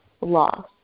loss